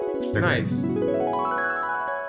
Nice